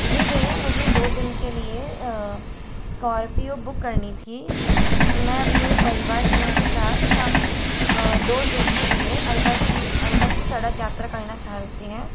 जी भैया मुझे दो दिन के लिए स्कार्पियो बुक करनी थी मैं अपने परिवारजनों के साथ हम दो दिन के लिए अलवर की अलवर की सड़क यात्रा करना चाहते हैं